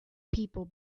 people